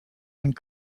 and